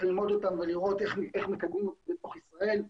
ללמוד אותם ולראות איך מקדמים אותם בתוך ישראל,